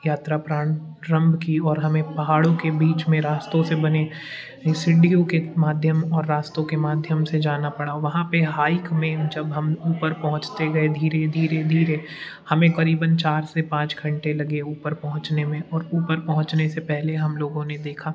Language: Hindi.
यात्रा प्रण प्रंभ की और हमें पहाड़ों के बीच में रास्तों से बने सीढ़ियों के माध्यम और रास्तों के माध्यम से जाना पड़ा वहाँ पर हाइक में जब हम ऊपर पहुंचते गए धीरे धीरे धीरे हमें क़रीबन चार से पाँच घण्टे लगे ऊपर पहुंचने में और ऊपर पहुंचने से पहले हम लोगों ने देखा